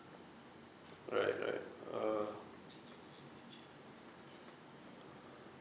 right right err